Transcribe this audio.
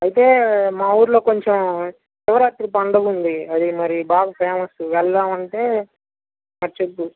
అయితే మా ఊళ్ళో కొంచెం శివరాత్రి పండగ ఉంది అది మరి బాగా ఫేమస్ వెళదాము అంటే మరి చెప్పు